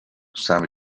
sammy